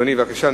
אדוני, בבקשה.